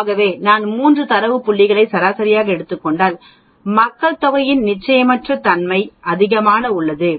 ஆகவே நான் 3 தரவு புள்ளிகளை சராசரியாக எடுத்துக் கொண்டால் மக்கள் தொகையின் நிச்சயமற்ற தன்மை அதிகமாக உள்ளது